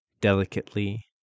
Delicately